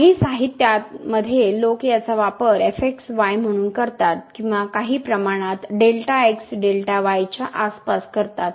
काही साहित्यात मध्ये लोक याचा वापर म्हणून करतात किंवा काही प्रमाणात च्या आसपास करतात